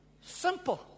Simple